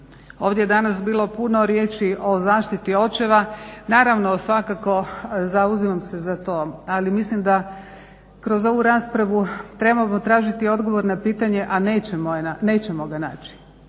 Ovdje je danas bilo puno riječi o zaštiti očeva. Naravno, svakako zauzimam se za to ali mislim da kroz ovu raspravu trebamo tražiti odgovor na pitanje, a nećemo ga naći